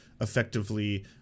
effectively